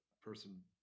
person